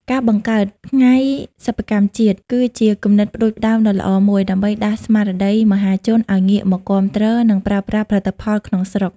ការបង្កើត "ថ្ងៃសិប្បកម្មជាតិ" គឺជាគំនិតផ្ដួចផ្ដើមដ៏ល្អមួយ ដើម្បីដាស់ស្មារតីមហាជនឱ្យងាកមកគាំទ្រ និងប្រើប្រាស់ផលិតផលក្នុងស្រុក។